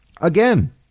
Again